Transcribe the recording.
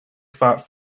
fought